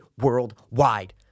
worldwide